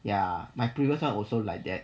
ya my previous one also like that